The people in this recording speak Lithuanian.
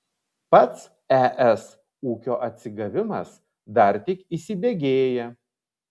pats es ūkio atsigavimas dar tik įsibėgėja